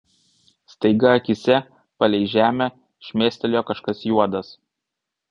staiga akyse palei žemę šmėstelėjo kažkas juodas